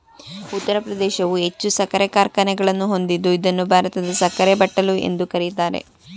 ಉತ್ತರ ಪ್ರದೇಶವು ಹೆಚ್ಚು ಸಕ್ಕರೆ ಕಾರ್ಖಾನೆಗಳನ್ನು ಹೊಂದಿದ್ದು ಇದನ್ನು ಭಾರತದ ಸಕ್ಕರೆ ಬಟ್ಟಲು ಎಂದು ಕರಿತಾರೆ